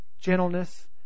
gentleness